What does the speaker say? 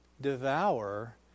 devour